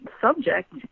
subject